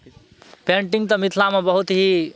painting तऽ मिथिलामे बहुत ही